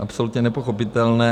Absolutně nepochopitelné.